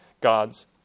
God's